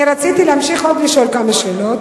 אני רציתי להמשיך לשאול עוד כמה שאלות.